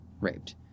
raped